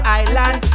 island